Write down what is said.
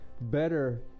better